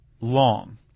Long